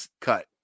cut